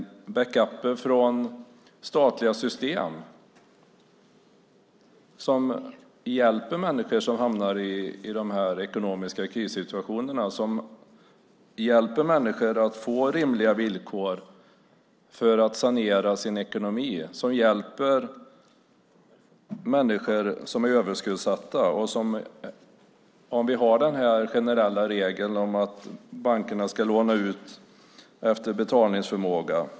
Vi måste ha backupper från statliga system som hjälper människor som hamnar i dessa ekonomiska krissituationer, som hjälper dem att få rimliga villkor för att sanera sin ekonomi och som hjälper dem som är överskuldsatta - om vi har den generella regeln att bankerna ska låna ut efter betalningsförmåga.